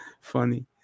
funny